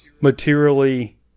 materially